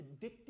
addictive